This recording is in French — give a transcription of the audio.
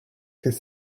ces